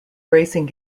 racing